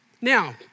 Now